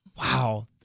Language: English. Wow